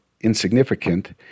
insignificant